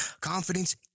confidence